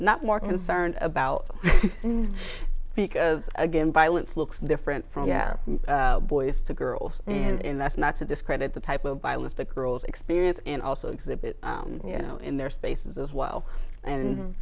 not more concerned about because again violence looks different from have boys to girls and and that's not to discredit the type of violence that girls experience and also exhibit you know in their spaces as well and